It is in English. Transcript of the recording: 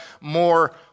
more